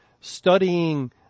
studying